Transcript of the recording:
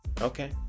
Okay